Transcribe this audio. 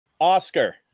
Oscar